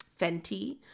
Fenty